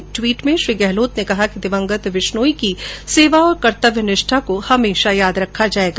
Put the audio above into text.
एक ट्वीट में श्री गहलोत ने कहा कि दिवंगत विश्नोई की सेवा और कर्तव्यनिष्ठा को हमेशा याद रखा जाएगा